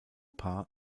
paar